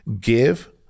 give